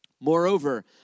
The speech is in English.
Moreover